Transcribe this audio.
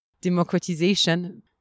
democratization